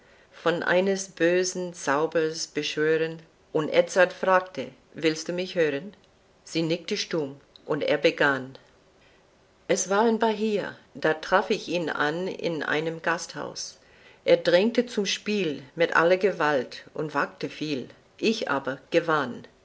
von eines bösen zaubers beschwören und edzard fragte willst du mich hören sie nickte stumm und er begann es war in bahia da traf ich ihn an in einem gasthaus er drängte zum spiel mit aller gewalt und wagte viel ich aber gewann